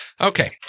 Okay